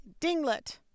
dinglet